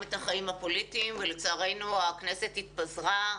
את החיים הפוליטיים ולצערנו הכנסת התפזרה.